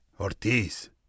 Ortiz